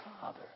Father